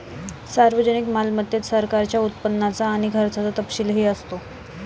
सार्वजनिक मालमत्तेत सरकारच्या उत्पन्नाचा आणि खर्चाचा तपशीलही असतो